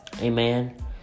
Amen